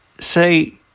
say